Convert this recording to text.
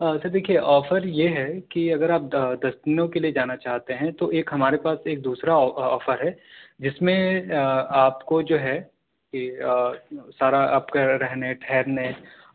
سر دیکھیے آفر یہ ہے کہ اگر آپ آ دس دِنوں کے لیے جانا چاہتے ہیں تو ایک ہمارے پاس ایک دوسرا آ آفر ہے جس میں آ آپ کو جو ہے کہ سارا آپ کا رہنے ٹھہرنے